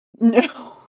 No